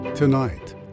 Tonight